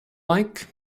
like